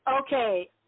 Okay